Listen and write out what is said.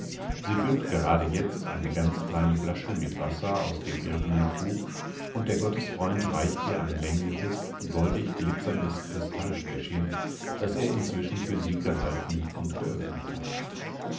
sie füllt gerade jetzt eine ganz kleine flasche mit wasser aus dem irdenen krug und der gottesfreund reicht ihr ein längliches goldig glitzerndes kristallfläschchen das er inzwischen für sie gehalten und geöffnet hat